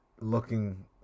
looking